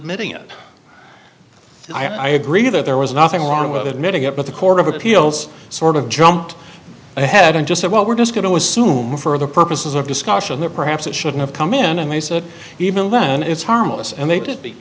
admitting it i agree that there was nothing wrong with admitting it but the court of appeals sort of jumped ahead and just said well we're just going to assume for the purposes of discussion that perhaps it shouldn't have come in and they said even then it's harmless and they did be